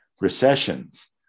Recessions